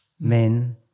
Men